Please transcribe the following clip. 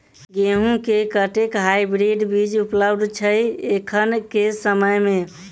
गेंहूँ केँ कतेक हाइब्रिड बीज उपलब्ध छै एखन केँ समय मे?